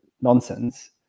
nonsense